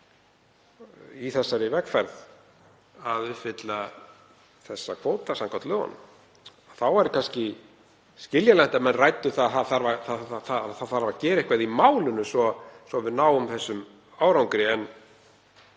í þeirri vegferð að uppfylla þessa kvóta samkvæmt lögunum. Þá væri kannski skiljanlegt að menn ræddu að það þyrfti að gera eitthvað í málinu svo að við næðum þessum árangri. En